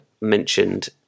mentioned